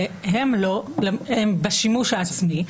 והם בשימוש העצמי,